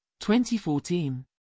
2014